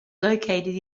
located